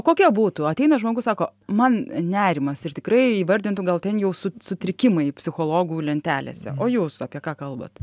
kokia būtų ateina žmogus sako man nerimas ir tikrai įvardintų gal ten jau sutrikimai psichologų lentelėse o jūs apie ką kalbat